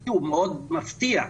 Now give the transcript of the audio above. שאותי הוא מאוד מפתיע,